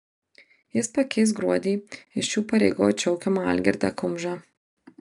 jis pakeis gruodį iš šių pareigų atšaukiamą algirdą kumžą